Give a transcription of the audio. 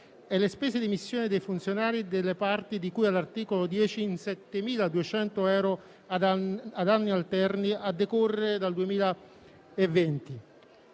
e le spese di missione dei funzionari dei reparti di cui all'articolo X in 7.200 euro ad anni alterni a decorrere dal 2020.